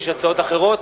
יש הצעות אחרות?